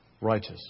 righteous